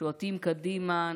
שועטים קדימה,